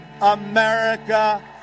America